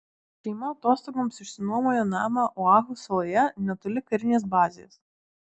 šeima atostogoms išsinuomojo namą oahu saloje netoli karinės bazės